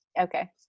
Okay